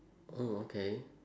mm okay